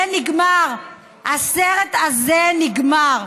זה נגמר, הסרט הזה נגמר.